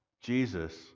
Jesus